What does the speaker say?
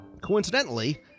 coincidentally